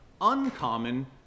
uncommon